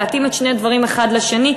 להתאים את שני הדברים האחד לשני.